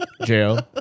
jail